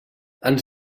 ens